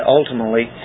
ultimately